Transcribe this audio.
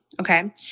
Okay